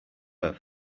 earth